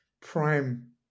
prime